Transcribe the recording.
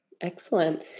Excellent